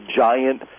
giant